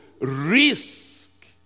risk